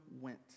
went